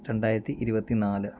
രണ്ടായിരത്തി ഇരുപത്തിനാല്